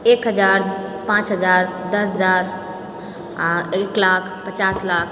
एक हजार पांँच हजार दश हजार आ एक लाख पचास लाख